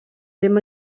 ddim